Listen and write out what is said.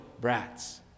brats